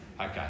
Okay